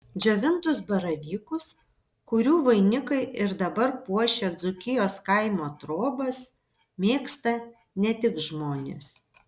džiovintus baravykus kurių vainikai ir dabar puošia dzūkijos kaimo trobas mėgsta ne tik žmonės